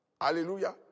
Hallelujah